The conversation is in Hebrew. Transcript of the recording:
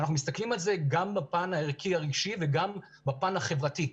אנחנו מסתכלים על זה גם בפן הערכי הרגשי וגם בפן החברתי,